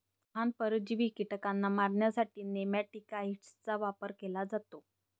लहान, परजीवी कीटकांना मारण्यासाठी नेमॅटिकाइड्सचा वापर केला जातो